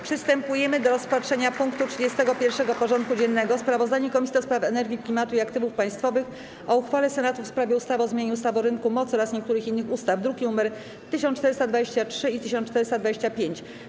Przystępujemy do rozpatrzenia punktu 31. porządku dziennego: Sprawozdanie Komisji do Spraw Energii, Klimatu i Aktywów Państwowych o uchwale Senatu w sprawie ustawy o zmianie ustawy o rynku mocy oraz niektórych innych ustaw (druki nr 1423 i 1425)